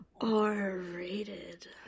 R-rated